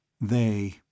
They